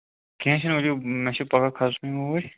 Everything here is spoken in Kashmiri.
کیٚنٛہہ چھُنہٕ ؤلِو مےٚ چھُ پَگاہ کھسنُے اوٗرۍ